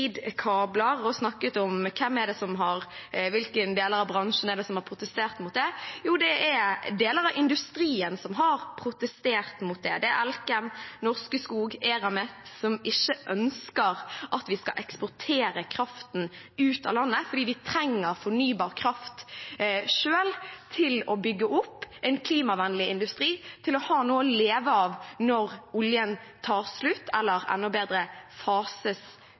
og snakket om hvem i hvilke deler av bransjen det er som har protestert mot det. Jo, det er deler av industrien som har protestert mot det. Det er Elkem, Norske Skog og Eramet, som ikke ønsker at vi skal eksportere kraften ut av landet, fordi vi trenger fornybar kraft selv til å bygge opp en klimavennlig industri, til å ha noe å leve av når oljen tar slutt – eller enda bedre: fases